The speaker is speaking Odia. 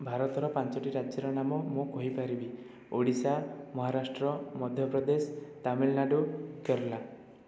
ଭାରତର ପାଞ୍ଚୋଟି ରାଜ୍ୟର ନାମ ମୁଁ କହିପାରିବି ଓଡ଼ିଶା ମହାରାଷ୍ଟ୍ର ମଧ୍ୟପ୍ରଦେଶ ତାମିଲନାଡ଼ୁ କେରଳ